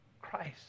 Christ